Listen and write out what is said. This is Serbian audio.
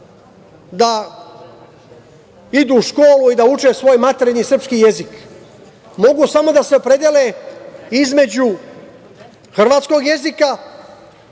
da idu u školu i da uče svoj maternji srpski jezik. Mogu samo da se opredele između hrvatskog jezika,